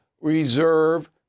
reserve